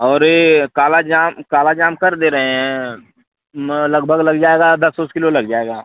और ए काला जाम काला जाम कर दे रहे हैं लगभग लग जाएगा दस ओस किलो लग जाएगा